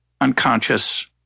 unconscious